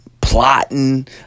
plotting